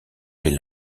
les